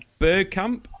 Bergkamp